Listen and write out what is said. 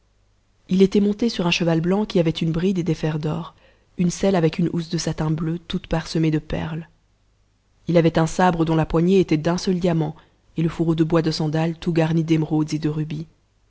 il était monté sur un cheval blanc qui avait une bride et des fers d'or une selle avec une housse de satin bleu toute parsemée de perles h avait un sabre dont la poignée était d'un seul diamant t le fourreau de bois de sandal tout garni d'émeraudes et de rubis